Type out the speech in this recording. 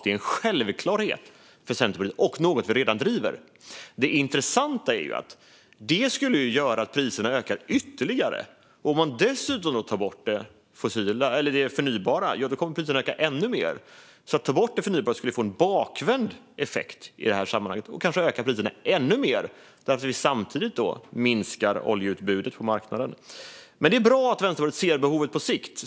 Det är en självklarhet för Centerpartiet och något vi redan driver. Det intressanta är att det skulle göra att priserna ökar ytterligare. Om man dessutom tar bort det förnybara kommer priserna att öka ännu mer. Det skulle alltså få en bakvänd effekt i det här sammanhanget att ta bort det förnybara. Det kanske skulle öka priserna ännu mer när vi samtidigt minskar oljeutbudet på marknaden. Men det är bra att Vänsterpartiet ser behovet på sikt.